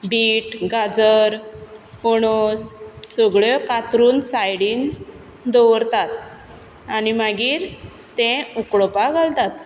beet गाजर पणस सगळ्यो कातरून सायडीन दवरतात आनी मागीर तें उकडपाक घालतात